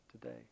today